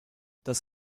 das